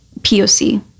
POC